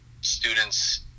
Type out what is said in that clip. students